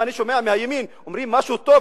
אם אני שומע מהימין משהו טוב,